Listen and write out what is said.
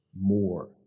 more